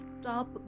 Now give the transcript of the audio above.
stop